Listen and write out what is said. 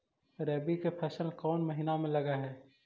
रबी की फसल कोन महिना में लग है?